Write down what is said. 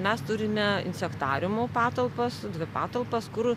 mes turime insektariumo patalpas dvi patalpas kur